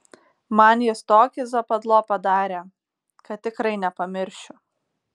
man jis tokį zapadlo padarė kad tikrai nepamiršiu